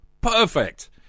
Perfect